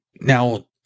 now